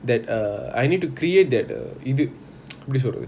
that err I need to create that err இது:ithu எப்பிடி சொல்றது:epidi solrathu